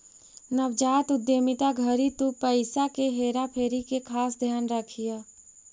नवजात उद्यमिता घड़ी तु पईसा के हेरा फेरी के खास ध्यान रखीह